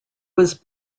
was